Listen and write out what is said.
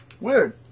Weird